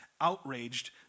outraged